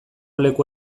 leku